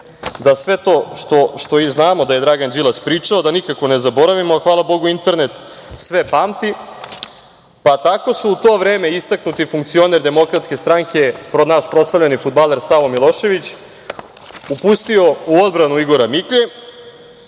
da sve to što i znamo da je Dragan Đilas, da nikako ne zaboravimo, a hvala Bogu, internet sve pamti. Tako se u to vreme istaknuti funkcioner Demokratske stranke, naš proslavljeni fudbaler Savo Milošević, upustio u odbranu Igora Miklje